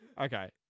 Okay